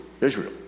Israel